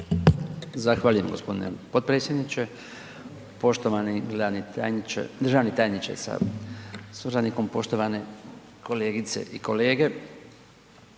Zahvaljujem gospodine potpredsjedniče, poštovani državni tajniče sa suradnikom, poštovane kolegice i kolege.